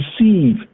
receive